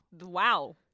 wow